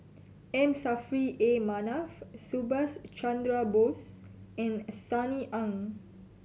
M Saffri A Manaf Subhas Chandra Bose and Sunny Ang